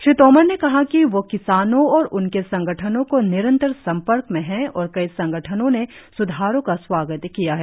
श्री तोमर ने कहा कि वह किसानों और उनके संगठनों के निरंतर संपर्क में हैं और कई संगठनों ने सुधारों का स्वागत किया है